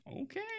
Okay